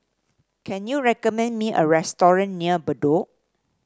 can you recommend me a restaurant near Bedok